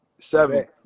Seven